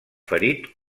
ferit